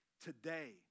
today